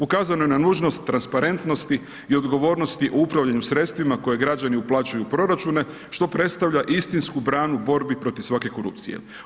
Ukazano je na nužnost, tranširanosti i odgovornosti o upravljanim sredstvima, koje građani uplaćuju u proračune, što predstavlja istinsku branu u borbi protiv svake korupcije.